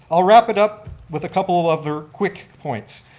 i'll wrap it up with a couple other quick points.